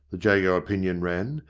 the jago opinion ran,